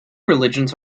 religions